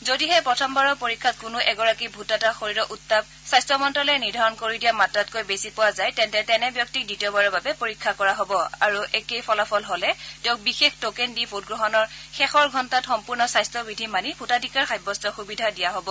যদিহে প্ৰথমবাৰৰ পৰীক্ষাত কোনো এগৰাকী ভোটদাতাৰ শৰীৰৰ উত্তাপ স্বাস্থ্য মন্তালয়ে নিৰ্ধাৰণ কৰি দিয়া মাত্ৰাতকৈ বেছি পোৱা যায় তেন্তে তেনে ব্যক্তিক দ্বিতীয়বাৰৰ বাবে পৰীক্ষা কৰা হব আৰু একেই ফলাফল হলে তেওঁক বিশেষ টোকেন দি ভোটগ্ৰহণৰ শেষৰ ঘণ্টাত সম্পূৰ্ণ স্বাস্ত্য বিধি মানি ভোটাধিকাৰ সাব্যস্তৰ সুবিধা দিয়া হ'ব